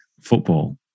Football